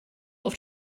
auf